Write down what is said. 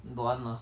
don't want lah